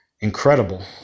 incredible